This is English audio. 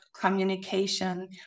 communication